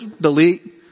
delete